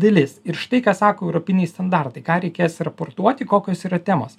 dalis ir štai ką sako europiniai standartai ką reikės raportuoti kokios yra temos